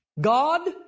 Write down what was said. God